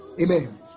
Amen